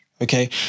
Okay